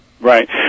Right